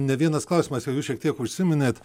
ne vienas klausimas jau jūs šiek tiek užsiminėt